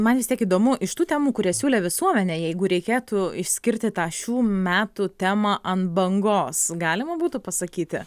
man vis tiek įdomu iš tų temų kurias siūlė visuomenė jeigu reikėtų išskirti tą šių metų temą ant bangos galima būtų pasakyti